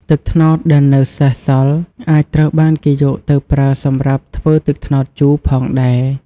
ទឹកត្នោតដែលនៅសេសសល់អាចត្រូវបានគេយកទៅប្រើសម្រាប់ធ្វើទឹកត្នោតជូរផងដែរ។